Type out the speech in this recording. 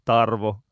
Tarvo